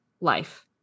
life